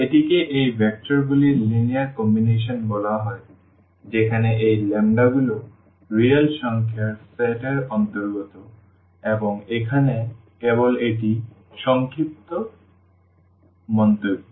এটিকে এই ভেক্টরগুলির লিনিয়ার কম্বিনেশন বলা হয় যেখানে এই ল্যাম্বডাগুলি রিয়েল সংখ্যার সেট এর অন্তর্গত এবং এখানে কেবল একটি সংক্ষিপ্ত মন্তব্য